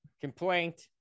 complaint